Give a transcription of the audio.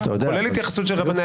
כולל התייחסות של רבני הקהילות.